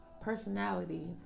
personality